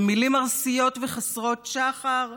במילים ארסיות וחסרות שחר?